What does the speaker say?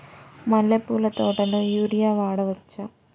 మల్లె పూల తోటలో యూరియా వాడవచ్చా?